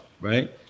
right